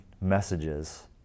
messages